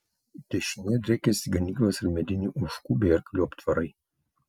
dešinėje driekėsi ganyklos ir mediniai ožkų bei arklių aptvarai